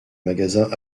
magasins